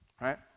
right